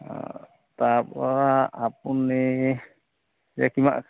অঁ তাৰপৰা আপুনি যে কিমান